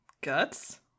guts